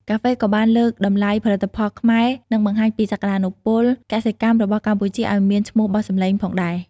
កាហ្វេក៏បាន លើកតម្លៃផលិតផលខ្មែរ និងបង្ហាញពីសក្តានុពលកសិកម្មរបស់កម្ពុជាឱ្យមានឈ្មោះបោះសំឡេងផងដែរ។